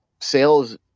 sales